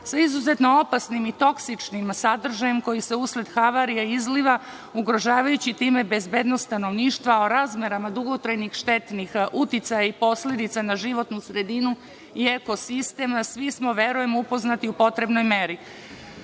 sa izuzetno opasnim i toksičnim sadržajem koji se usled havarija izliva ugrožavajući time bezbednost stanovništva o razmerama dugotrajnih štetnih uticaja i posledica na životnu sredinu i eko sistem. Svi smo, verujem upoznati u potrebnoj